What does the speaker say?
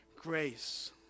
grace